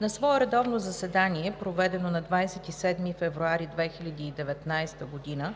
На свое редовно заседание, проведено на 27 февруари 2019 г.,